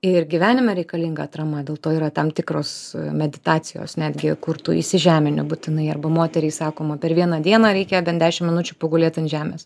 ir gyvenime reikalinga atrama dėl to yra tam tikros meditacijos netgi kur tu įsižemini būtinai arba moteriai sakoma per vieną dieną reikia bent dešimt minučių pagulėt ant žemės